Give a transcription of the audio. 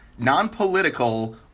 nonpolitical